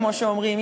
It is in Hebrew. כמו שאומרים,